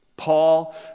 Paul